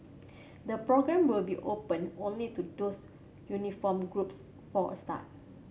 the programme will be open only to those uniformed groups for a start